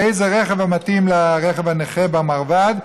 איזה רכב מתאים, לרכב הנכה במרב"ד.